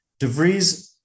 DeVries